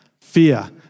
Fear